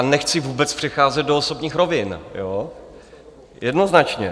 Nechci vůbec přecházet do osobních rovin, jednoznačně.